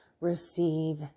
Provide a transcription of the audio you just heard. receive